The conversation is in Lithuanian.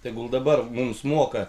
tegul dabar mums moka